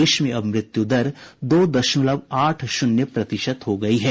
देश में अब मृत्यु दर दो दशमलव आठ शून्य प्रतिशत हो गई है